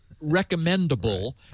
recommendable